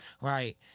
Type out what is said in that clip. right